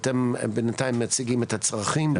אתם בינתיים מציגים את הצרכים.